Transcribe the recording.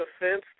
offense